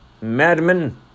Madman